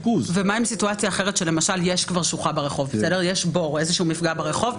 ומה אם סיטואציה שבה יש כבר בור או איזשהו מפגע ברחוב,